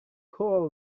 cool